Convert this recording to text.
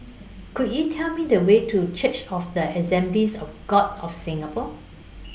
Could YOU Tell Me The Way to Church of The Assemblies of God of Singapore